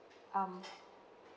um